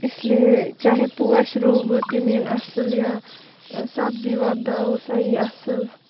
اِسلیے چاہے پوش رُو بہٕ تِم یِن اَصل یا سَبزی وۄبداوو سۄ یی اَصل